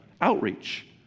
outreach